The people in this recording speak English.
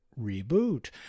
reboot